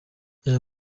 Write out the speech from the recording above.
aya